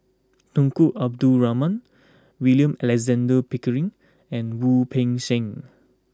Tunku Abdul Rahman William Alexander Pickering and Wu Peng Seng